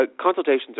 consultations